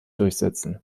durchsetzen